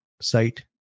site